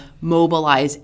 mobilize